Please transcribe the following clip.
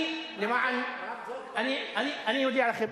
אני מודיע לכם,